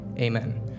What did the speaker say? Amen